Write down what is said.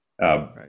Right